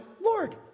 Lord